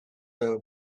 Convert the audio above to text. her